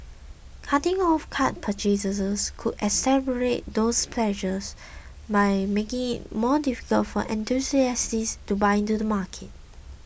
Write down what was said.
cutting off card purchases could exacerbate those pressures by making it more difficult for enthusiasts to buy into the market